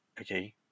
okay